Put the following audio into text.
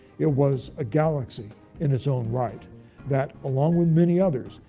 it was a galaxy in its own right that, along with many others,